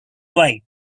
white